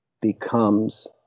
becomes